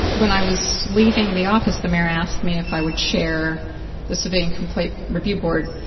when i was leaving the office, the mayor asked me if i would share the civilian complaint review board,